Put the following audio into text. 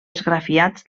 esgrafiats